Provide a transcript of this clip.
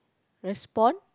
respond